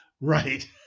Right